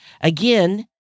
Again